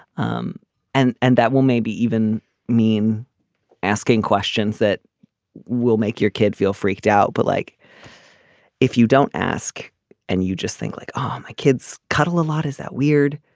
um and and that will maybe even mean asking questions that will make your kid feel freaked out but like if you don't ask and you just think like um my kids cuddle a lot is that weird